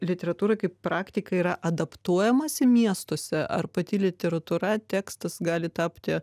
literatūrą kaip praktiką yra adaptuojamasi miestuose ar pati literatūra tekstas gali tapti